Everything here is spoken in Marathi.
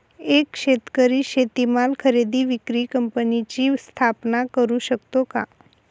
एक शेतकरी शेतीमाल खरेदी विक्री कंपनीची स्थापना करु शकतो का?